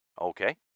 Okay